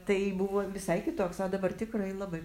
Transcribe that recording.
tai buvo visai kitoks o dabar tikrai labai